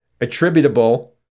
attributable